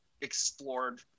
explored